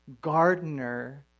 gardener